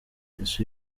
ese